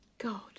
God